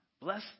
Bless